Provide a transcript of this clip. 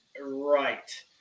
Right